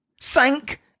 Sank